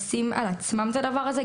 לקחת על עצמם אתה דבר הזה.